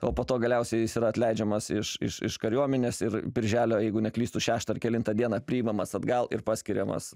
o po to galiausiai jis yra atleidžiamas iš iš iš kariuomenės ir birželio jeigu neklystu šeštą ar kelintą dieną priimamas atgal ir paskiriamas